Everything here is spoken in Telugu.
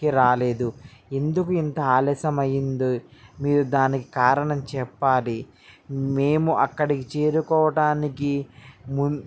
రాలేదు ఎందుకు ఇంత ఆలస్యం అయ్యిందో మీరు దానికి కారణం చెప్పాలి మేము అక్కడకు చేరుకోవటానికి ముం